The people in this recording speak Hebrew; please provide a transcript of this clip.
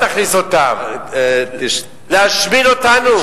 אתה תכניס אותם להשמיד אותנו?